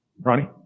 Ronnie